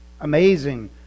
amazing